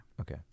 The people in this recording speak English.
Okay